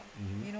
mmhmm